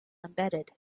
embedded